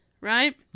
right